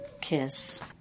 kiss